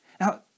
Now